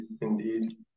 indeed